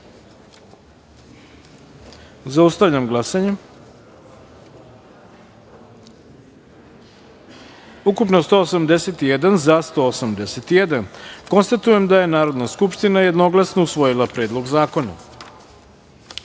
taster. Zaustavljam glasanje: ukupno – 181, za – 181.Konstatujem da je Narodna skupština jednoglasno usvojila Predlog zakona. Pošto